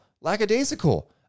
Lackadaisical